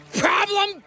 problem